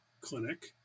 clinic